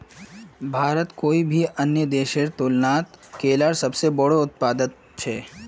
भारत कोई भी अन्य देशेर तुलनात केलार सबसे बोड़ो उत्पादक छे